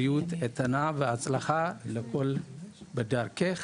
בריאות איתנה והצלחה בדרכך